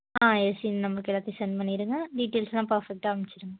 ஆ yes இந்த நம்பருக்கு எல்லாத்தையும் செண்ட் பண்ணிடுங்க டீட்டெயில்ஸ்ஸெலாம் பர்ஃபெக்ட்டாக அமுச்சிடுங்க